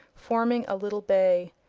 forming a little bay.